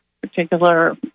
particular